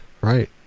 Right